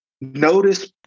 Notice